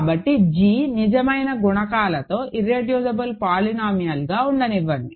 కాబట్టి g నిజమైన గుణకాలతో ఇర్రెడ్యూసిబుల్ పోలినామియల్ గా ఉండనివ్వండి